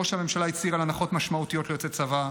ראש הממשלה הצהיר על הנחות משמעותיות ליוצאי צבא,